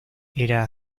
era